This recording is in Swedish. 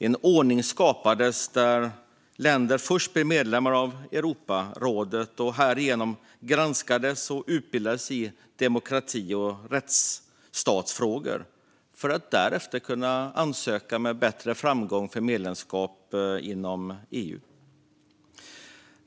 En ordning skapades där länder först blev medlemmar av Europarådet och därmed granskades och utbildades i demokrati och rättstatsfrågor för att därefter med framgång kunna ansöka om medlemskap i EU.